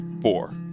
four